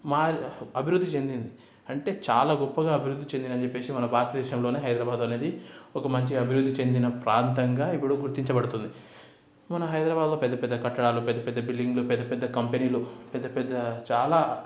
మా అభివృద్ధి చెందింది అంటే చాలా గొప్పగా అభివృద్ధి చెందిందని చెప్పేసి మన భారతదేశంలోనే హైదరాబాద్ అనేది ఒక మంచి అభివృద్ధి చెందిన ప్రాంతంగా ఇప్పుడు గుర్తించబడుతుంది మన హైదరాబాద్లో పెద్ద పెద్ద కట్టడాలు పెద్ద పెద్ద బిల్డింగ్లు పెద్ద పెద్ద కంపెనీలు పెద్ద పెద్దా చాలా